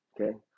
Okay